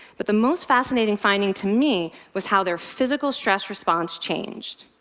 but the most fascinating finding to me was how their physical stress response changed.